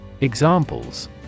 Examples